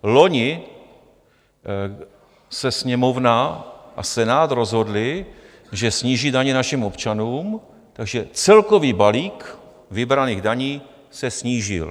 Loni se Sněmovna a Senát rozhodly, že sníží daně našim občanům, takže celkový balík vybraných daní se snížil.